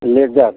leather